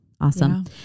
Awesome